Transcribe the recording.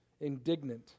indignant